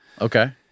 Okay